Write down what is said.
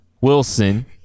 Wilson